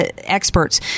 experts